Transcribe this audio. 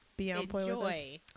Enjoy